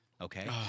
Okay